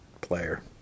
player